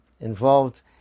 involved